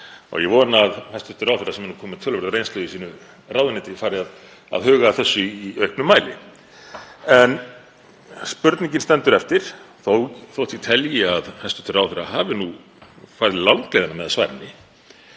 Ég vona að hæstv. ráðherra, sem er nú kominn með töluverða reynslu í sínu ráðuneyti, fari að huga að þessu í auknum mæli. En spurningin stendur eftir þótt ég telji að hæstv. ráðherra hafi nú farið langleiðina með að